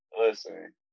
Listen